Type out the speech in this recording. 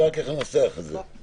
הסכמה, השאלה היא רק איך לנסח את זה.